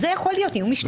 זה יכול להיות איום משתמע.